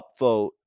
upvote